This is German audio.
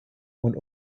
und